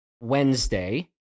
Wednesday